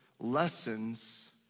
lessons